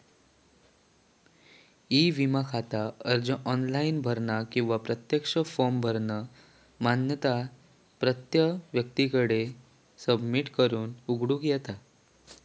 E विमा खाता अर्ज ऑनलाइन भरानं किंवा प्रत्यक्ष फॉर्म भरानं मान्यता प्राप्त व्यक्तीकडे सबमिट करून उघडूक येता